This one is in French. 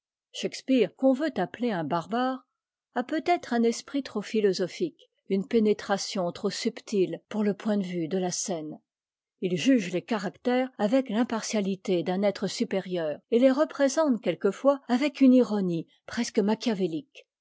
shakspeare qu'on veut appeler un barbare a peut-être un esprit trop philosophique une pénétration trop subtile pour le point de vue de la scène il juge les caractères avec l'impartialité d'un être supérieur et les représente quelquefois avec une ironie presque machiavélique